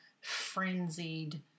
frenzied